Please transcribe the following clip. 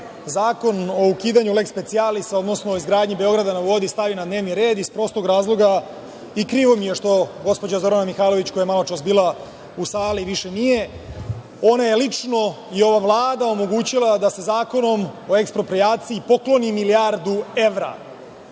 Zakon o ukidanju lek specijalisa, odnosno izgradnji „Beograda na vodi“ stavi na dnevni red iz prostog razloga i krivo mi je što gospođa Zorana Mihajlović koja je maločas bila u sali više nije, ona je lično i ova Vlada omogućila da se Zakonom o eksproprijaciji pokloni milijardu evra